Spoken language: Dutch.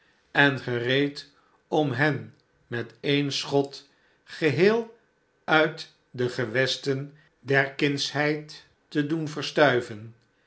en gereed om hen met een schot geheel uit de gewesten der kindsheid te doen